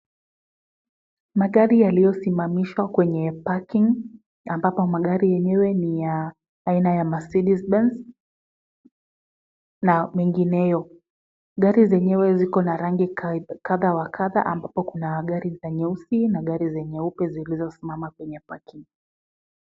Magari yaliyosimamishwa kwenye parking , ambapo magari yenyewe ni ya aina ya Mercedes Benz na mengineyo. Gari zenyewe ziko na rangi kadha wa kadha, ambapo kuna gari za nyeusi na gari za nyeupe zilizosimama kwenye parking .